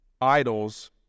idols